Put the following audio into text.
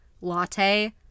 Latte